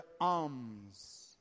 alms